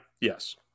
Yes